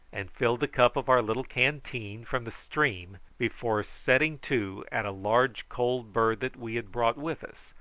and filled the cup of our little canteen from the stream before setting to at a large cold bird that we had brought with us,